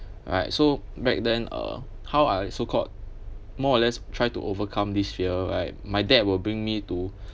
alright so back then ugh how I so called more or less try to overcome this fear right my dad will bring me to